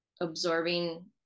absorbing